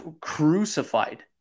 crucified